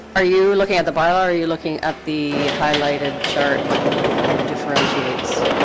are you looking at the vial ah are you looking at the highlighted chart that differentiates